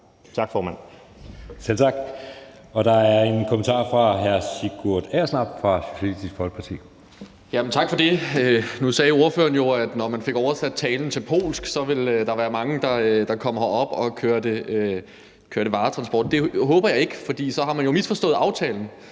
(Jeppe Søe): Selv tak. Der er en kommentar fra hr. Sigurd Agersnap fra Socialistisk Folkeparti. Kl. 14:37 Sigurd Agersnap (SF): Tak for det. Nu sagde ordføreren jo, at når man fik oversat talen til polsk, ville der være mange, der kom herop og kørte varetransport. Det håber jeg ikke, for så har man jo misforstået aftalen.